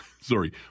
Sorry